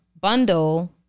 bundle